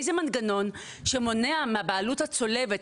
איזה מנגנון שמונע מהבעלות הצולבת,